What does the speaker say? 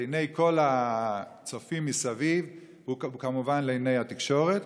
לעיני כל הצופים מסביב, וכמובן לעיני התקשורת.